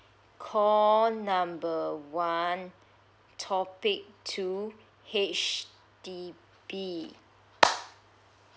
call number one topic two H_D_B